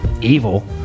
evil